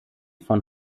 von